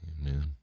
Amen